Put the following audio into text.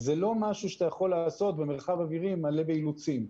זה לא משהו שאתה יכול לעשות במרחב אווירי מלא באילוצים.